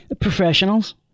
professionals